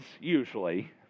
usually